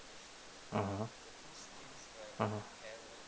mmhmm mmhmm